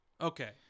Okay